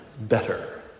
Better